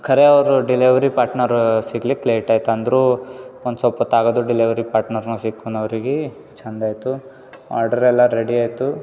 ಕರೆ ಅವರು delivery partner ಸಿಗ್ಲಿಕ್ಕೆ ಲೇಟಾಯ್ತು ಅಂದರು ಒನ್ ಸೊಲ್ಪೊತ್ತು ಆಗೋದು ಡೆಲೆವರಿ ಪಾಟ್ನರ್ನ ಸಿಕ್ಕನವ್ರಿಗೆ ಚಂದ ಇತ್ತು ಆಡ್ರ್ ಎಲ್ಲ ರೆಡಿ ಆಯಿತು